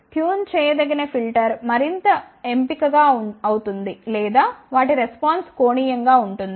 tune చేయదగిన filter మరింత ఎంపికగా అవుతుంది లేదా వాటి రెస్పాన్స్ కోణీయంగా ఉంటుంది